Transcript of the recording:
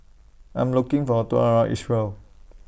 I'm looking For A Tour around Israel